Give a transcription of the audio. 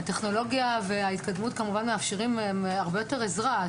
הטכנולוגיה וההתקדמות מאפשרים הרבה יותר עזרה.